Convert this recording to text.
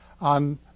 on